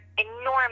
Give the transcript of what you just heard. enormous